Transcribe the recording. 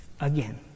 again